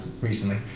recently